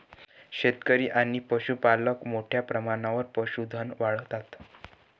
शेतकरी आणि पशुपालक मोठ्या प्रमाणावर पशुधन वाढवतात